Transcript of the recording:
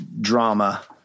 drama